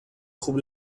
خوب